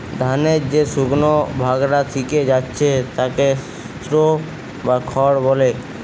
ধানের যে শুকনো ভাগটা থিকে যাচ্ছে তাকে স্ত্রও বা খড় বলে